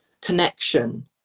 connection